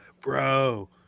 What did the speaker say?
Bro